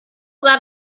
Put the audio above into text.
that